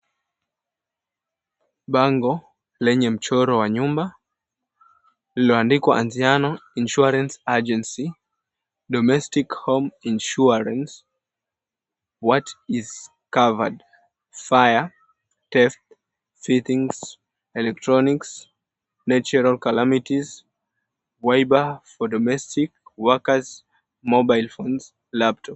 Bango lenye mchoro wa nyumba limeandikwa Anziano Insurance Agency, Domestic Home Insurance. What is covered? Fire, theft, fittings, electronics, natural calamities, WIBA for domestic workers, mobile phones, laptops.